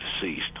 deceased